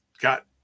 got